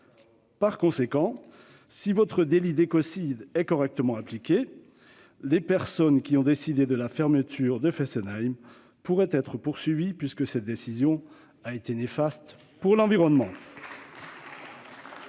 Par conséquent, si votre délit d'écocide est correctement appliqué, les personnes qui ont décidé de la fermeture de Fessenheim pourraient être poursuivies, puisque cette décision a été néfaste pour l'environnement